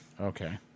Okay